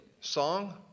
song